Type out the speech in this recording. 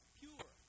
pure